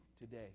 today